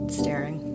staring